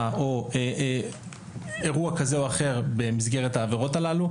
או אירוע כזה או אחר במסגרת העבירות הללו,